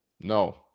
No